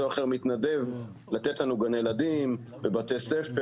או אחר מתנדב לתת לנו גני ילדים ובתי ספר.